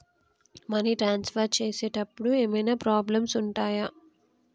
Money transfer చేసేటప్పుడు ఏమైనా problems ఉంటయా?